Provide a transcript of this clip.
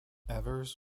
evers